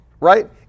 right